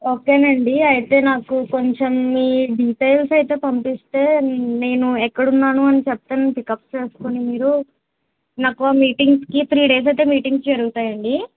okay అండి అయితే నాకు కొంచెం మీ డీటెయిల్స్ అయితే పంపిస్తే నేను ఎక్కడ ఉన్నాను అని చెప్తే నన్ను పికప్ చేసుకుని మీరు నాకు మీటింగ్స్కి త్రీ డేస్ అయితే మీటింగ్స్ జరుగుతాయి అండి